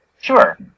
Sure